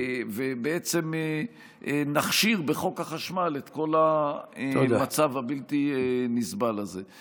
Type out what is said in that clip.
ובעצם נכשיר בחוק החשמל את כל המצב הבלתי-נסבל הזה.